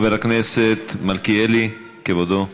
חבר הכנסת מלכיאלי, כבודו.